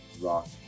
rock